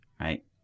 right